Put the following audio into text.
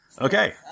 Okay